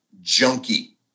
junkie